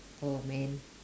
oh man